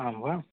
आं वा